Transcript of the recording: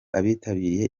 abitabiriye